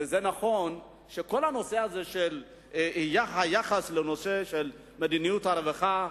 נכון שכל הנושא הזה, של היחס למדיניות הרווחה,